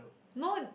no